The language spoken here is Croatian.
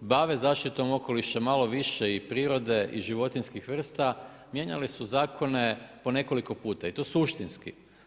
bave zaštitom okoliša malo više i prirode, i životinjskih vrsta, mijenjali su zakone po nekoliko puta i to suštinski.